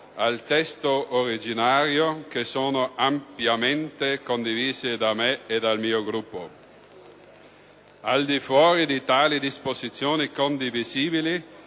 al testo originario, che sono ampiamente condivise da me e dal mio Gruppo. Al di fuori di tali disposizioni condivisibili,